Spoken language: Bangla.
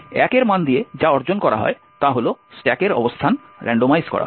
1 এর মান দিয়ে যা অর্জন করা হয় তা হল স্ট্যাকের অবস্থান রান্ডমাইজ করা হয়